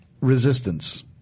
Resistance